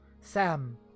Sam